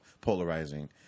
polarizing